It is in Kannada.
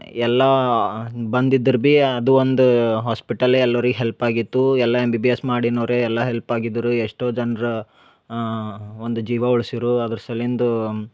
ಎಲ್ಲಾ ಬಂದಿದ್ದರು ಬಿ ಅದು ಒಂದು ಹಾಸ್ಪಿಟಲ್ಲೇ ಅಲ್ವರಿ ಹೆಲ್ಪ್ ಆಗಿತ್ತು ಎಲ್ಲ ಎಮ್ ಬಿ ಬಿ ಎಸ್ ಮಾಡಿನ್ನೂರೆ ಎಲ್ಲಾ ಹೆಲ್ಪ್ ಆಗಿದ್ದರು ಎಷ್ಟೋ ಜನ್ರ ಒಂದು ಜೀವ ಉಳ್ಸಿರು ಅದ್ರ ಸಲಿಂದು